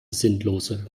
sinnlose